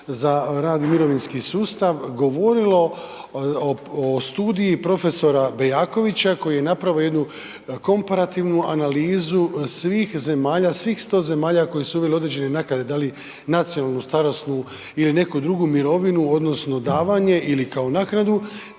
za rad i mirovinski sustav govorili o studiji prof. Bejakovića koji je napravio jednu komparativnu analizu svih zemalja, svih 100 zemalja koje su uvele određene naknade, da li nacionalnu, starosnu ili neku drugu mirovinu odnosno davanje ili kao naknadu,